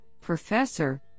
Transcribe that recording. professor